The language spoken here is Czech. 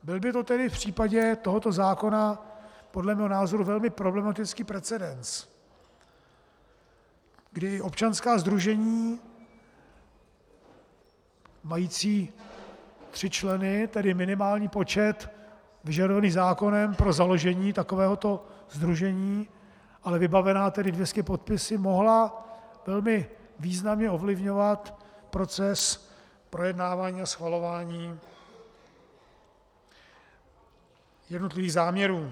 Byl by to tedy v případě tohoto zákona podle mého názoru velmi problematický precedens, kdy by občanská sdružení mající tři členy, tedy minimální počet vyžadovaný zákonem pro založení takovéhoto sdružení, ale vybavená 200 podpisy, mohla velmi významně ovlivňovat proces projednávání a schvalování jednotlivých záměrů.